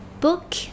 book